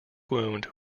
wound